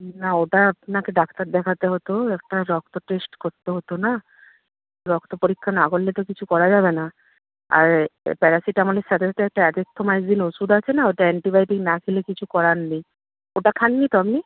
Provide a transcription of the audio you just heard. না ওটা আপনাকে ডাক্তার দেখাতে হতো একটা রক্ত টেস্ট করতে হতো না রক্ত পরীক্ষা না করলে তো কিছু করা যাবে না আর প্যারাসিটামলের সাথে তো একটা অ্যাজিথ্রোমাইসিন ওষুধ আছে না ওটা অ্যান্টিবায়োটিক না খেলে কিছু করার নেই ওটা খাননি তো আপনি